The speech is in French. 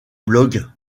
blog